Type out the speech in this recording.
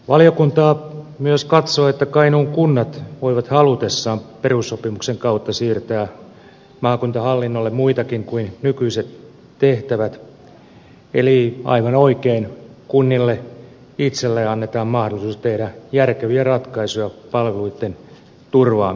valiokunta myös katsoi että kainuun kunnat voivat halutessaan perussopimuksen kautta siirtää maakuntahallinnolle muitakin kuin nykyiset tehtävät eli aivan oikein kunnille itselleen annetaan mahdollisuus tehdä järkeviä ratkaisuja palveluitten turvaamiseksi